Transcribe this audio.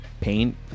paint